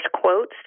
quotes